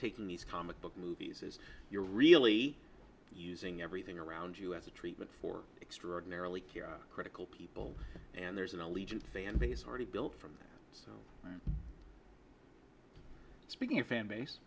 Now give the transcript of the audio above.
taking these comic book movies as you're really using everything around you as a treatment for extraordinarily critical people and there's an allegiance and these already built from speaking of fan base